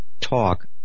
talk